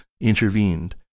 intervened